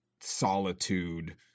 solitude